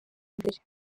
mbere